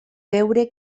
veure